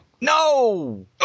No